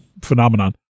phenomenon